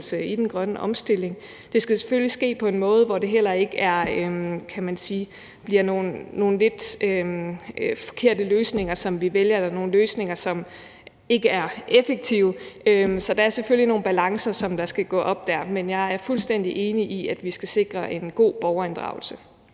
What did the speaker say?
i den grønne omstilling. Det skal selvfølgelig ske på en måde, hvor det ikke bliver nogle, kan man sige, lidt forkerte løsninger, som vi vælger, eller nogle løsninger, som ikke er effektive. Så der er selvfølgelig nogle balancer, som skal gå op, men jeg er fuldstændig enig i, at vi skal sikre en god borgerinddragelse.